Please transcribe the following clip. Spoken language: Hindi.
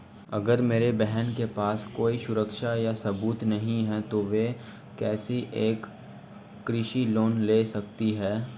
अगर मेरी बहन के पास कोई सुरक्षा या सबूत नहीं है, तो वह कैसे एक कृषि लोन ले सकती है?